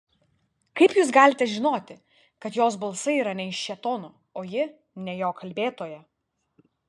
kaip jūs galite žinoti kad jos balsai yra ne iš šėtono o ji ne jo kalbėtoja